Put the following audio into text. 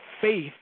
faith